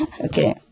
Okay